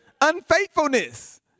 unfaithfulness